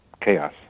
chaos